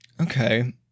okay